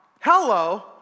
Hello